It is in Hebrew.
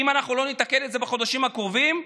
אם אנחנו לא נתקן את זה בחודשים הקרובים,